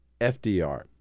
FDR